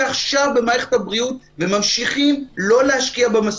עכשיו במערכת הבריאות וממשיכים לא להשקיע בה מספיק?